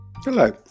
Hello